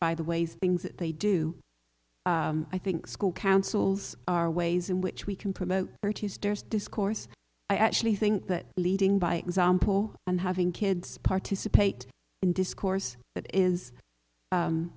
by the ways things that they do i think school councils are ways in which we can promote discourse i actually think that leading by example and having kids participate in discourse that is